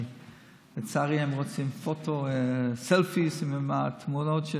לצערי, הם רוצים סלפי עם התמונות.